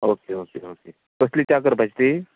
okay okay okay कसली च्या करपाची ती